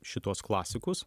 šituos klasikus